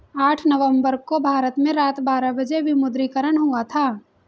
आठ नवम्बर को भारत में रात बारह बजे विमुद्रीकरण हुआ था